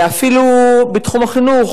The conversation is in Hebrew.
אלא אפילו בתחום החינוך,